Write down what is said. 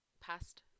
past